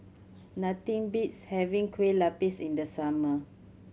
nothing beats having Kueh Lapis in the summer